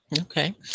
Okay